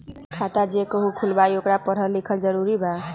खाता जे केहु खुलवाई ओकरा परल लिखल जरूरी वा?